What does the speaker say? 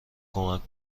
کمک